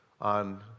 on